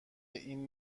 این